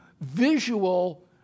visual